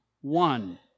one